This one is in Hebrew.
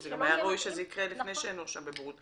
זה גם היה ראוי שזה יקרה לפני שנואשם בבורות.